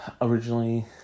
Originally